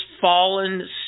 fallen